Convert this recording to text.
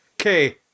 Okay